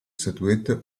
statuette